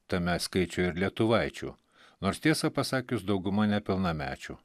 tame skaičiuje ir lietuvaičių nors tiesą pasakius dauguma nepilnamečių